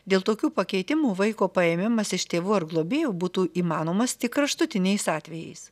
dėl tokių pakeitimų vaiko paėmimas iš tėvų ar globėjų būtų įmanomas tik kraštutiniais atvejais